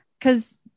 Cause